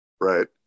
Right